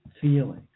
feeling